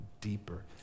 deeper